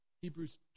Hebrews